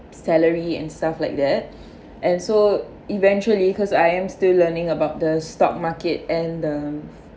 salary and stuff like that and so eventually because I am still learning about the stock market and the